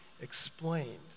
explained